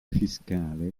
fiscale